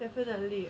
definitely